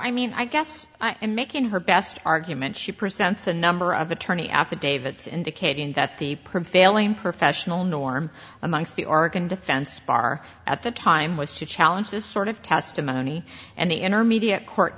i mean i guess in making her best argument she presents a number of attorney affidavits indicating that the prevailing professional norm amongst the arkan defense bar at the time was to challenge this sort of testimony and the intermediate court